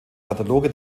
kataloge